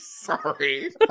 Sorry